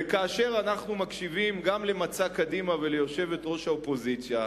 וכאשר אנחנו מקשיבים גם למצע קדימה וליושבת-ראש האופוזיציה,